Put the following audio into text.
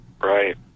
Right